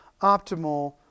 optimal